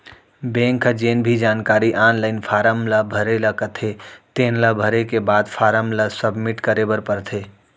bank ह जेन भी जानकारी आनलाइन फारम ल भरे ल कथे तेन ल भरे के बाद फारम ल सबमिट करे बर परथे